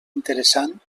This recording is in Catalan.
interessant